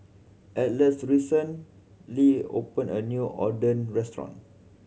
Atlas recently opened a new Oden restaurant